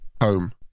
Home